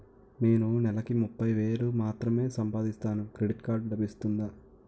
నేను నెల కి ముప్పై వేలు మాత్రమే సంపాదిస్తాను క్రెడిట్ కార్డ్ లభిస్తుందా?